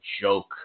joke